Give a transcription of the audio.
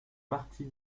partie